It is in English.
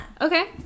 Okay